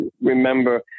remember